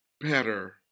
better